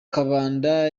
kabanda